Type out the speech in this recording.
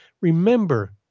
remember